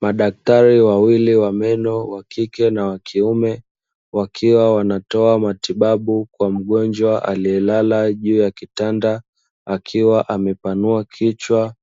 Madaktari wawili wa meno, wa kike na wa kiume, wakiwa wanatoa matibabu kwa mgonjwa aliyelala juu ya kitanda, akiwa amepanua kichwa.